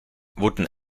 wurden